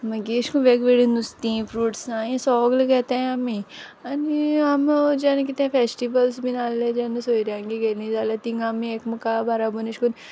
मागी अेश कोन्न वेग वेगळें नुस्तीं फ्रुट्सां हें सोगलें घेताय आमी आनी आम जेन्ना कितें फेस्टिव्हल्स बीन आहलें जेन्ना सोयऱ्यांगे गेलीं जाल्यार तींग आमी एकमुका बाराबोन अेश कोन्न